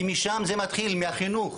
שם זה מתחיל, מהחינוך.